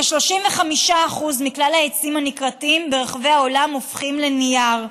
כ-35% מכלל העצים הנכרתים ברחבי העולם הופכים לנייר,